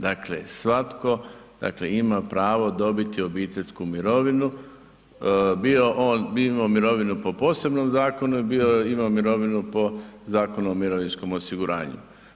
Dakle, svatko dakle ima pravo dobiti obiteljsku mirovinu, bio on, imao mirovinu po posebnom zakonu ili imao mirovinu po Zakonu o mirovinskom osiguranju.